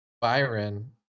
Byron